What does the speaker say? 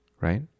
right